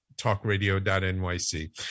talkradio.nyc